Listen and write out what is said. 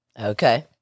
Okay